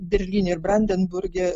berlyne ir brandenburge